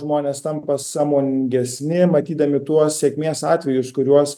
žmonės tampa sąmoningesni matydami tuos sėkmės atvejus kuriuos